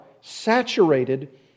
saturated